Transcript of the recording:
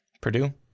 Purdue